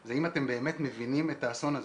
זה האם אתם באמת מבינים את האסון הזה.